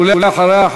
ואחריה,